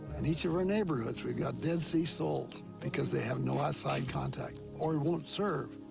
in each of our neighborhoods we've got dead sea souls, because they have no outside contact or won't serve.